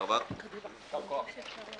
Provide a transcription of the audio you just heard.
הישיבה ננעלה בשעה 13:05.